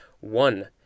One